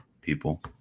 people